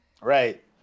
Right